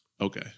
Okay